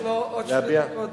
יש לו עוד שתי דקות לדבר,